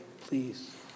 please